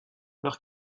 leur